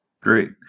Great